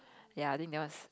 ya I think that one is